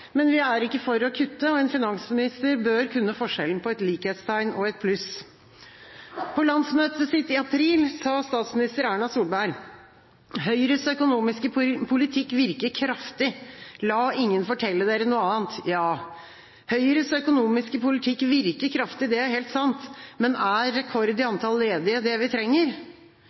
men vi er ikke for å kutte, og en finansminister bør kunne forskjellen på et likhetstegn og et plusstegn. På Høyres landsmøte i april sa statsminister Erna Solberg: «Høyres økonomiske politikk virker kraftig. La ingen fortelle dere noe annet.» Ja, Høyres økonomiske politikk virker kraftig, det er helt sant, men er rekord i antall ledige det vi trenger?